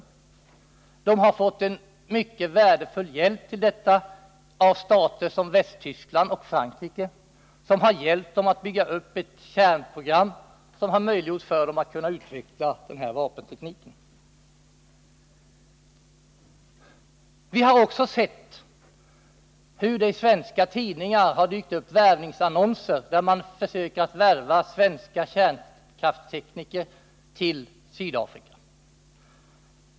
Landet har fått en mycket värdefull hjälp till detta av stater som Västtyskland och Frankrike, som har hjälpt det att bygga upp ett kärnprogram vilket har möjliggjort för Sydafrika att kunna utveckla denna vapenteknik. Vi har också sett hur det i svenska tidningar har dykt upp värvningsannonser, där man försöker värva svenska kärnkraftstekniker till Sydafrika.